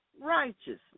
righteousness